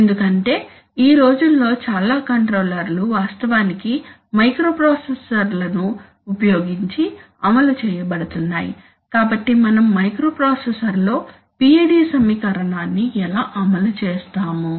ఎందుకంటే ఈ రోజుల్లో చాలా కంట్రోలర్లు వాస్తవానికి మైక్రోప్రాసెసర్లను ఉపయోగించి అమలు చేయబడుతున్నాయి కాబట్టి మనం మైక్రోప్రాసెసర్లో PID సమీకరణాన్ని ఎలా అమలు చేస్తాము